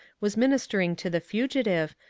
was ministering to the fugitive,